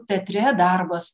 teatre darbas